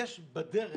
יש בדרך